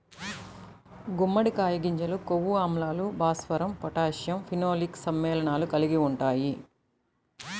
గుమ్మడికాయ గింజలు కొవ్వు ఆమ్లాలు, భాస్వరం, పొటాషియం, ఫినోలిక్ సమ్మేళనాలు కలిగి ఉంటాయి